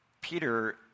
Peter